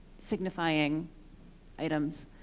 signifying items,